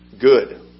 good